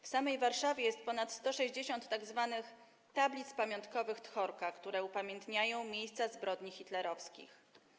W samej Warszawie jest ponad 160 tzw. tablic pamiątkowych Tchorka, które upamiętniają miejsca, ofiary zbrodni hitlerowskich.